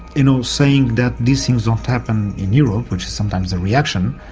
you know, saying that these things don't happen in europe, which is sometimes the reaction,